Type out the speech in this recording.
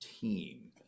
team